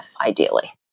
ideally